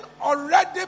already